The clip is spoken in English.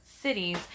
cities